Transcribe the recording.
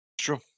True